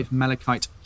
malachite